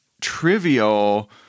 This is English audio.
trivial